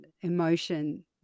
emotion